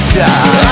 die